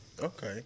Okay